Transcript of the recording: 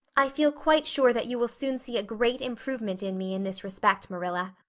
i feel quite sure that you will soon see a great improvement in me in this respect, marilla.